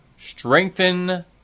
Strengthen